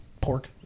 pork